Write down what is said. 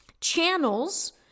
channels